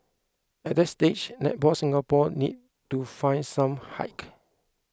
at that stage Netball Singapore needed to find some height